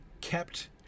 kept